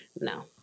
no